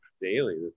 daily